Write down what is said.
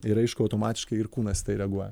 ir aišku automatiškai ir kūnas į tai reaguoja